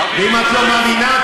ואם את לא מאמינה,